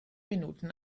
minuten